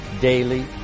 daily